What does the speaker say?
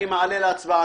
אני מעלה להצבעה.